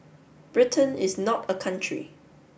Britain is not a country